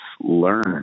learn